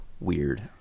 Weird